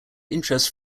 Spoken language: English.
interest